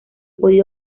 podido